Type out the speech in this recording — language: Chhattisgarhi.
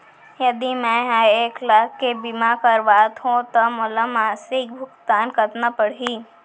यदि मैं ह एक लाख के बीमा करवात हो त मोला मासिक भुगतान कतना पड़ही?